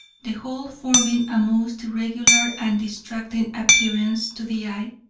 the whole forming a most irregular and distracting appearance to the eye.